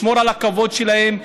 לשמור על הכבוד שלהם.